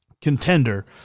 contender